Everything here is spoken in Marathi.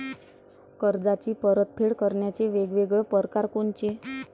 कर्जाची परतफेड करण्याचे वेगवेगळ परकार कोनचे?